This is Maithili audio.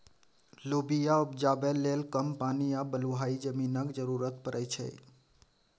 लोबिया उपजाबै लेल कम पानि आ बलुआही जमीनक जरुरत परै छै